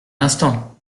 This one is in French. instant